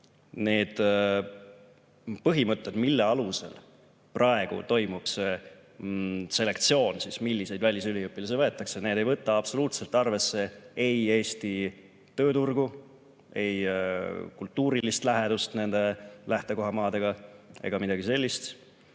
Need põhimõtted, mille alusel praegu toimub see selektsioon, milliseid välisüliõpilasi siia võetakse, ei võta absoluutselt arvesse ei Eesti tööturgu, ei kultuurilist lähedust nende lähtemaadega ega midagi sellist.